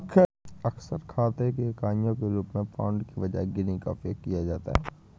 अक्सर खाते की इकाइयों के रूप में पाउंड के बजाय गिनी का उपयोग किया जाता है